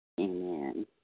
Amen